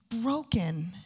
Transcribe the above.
broken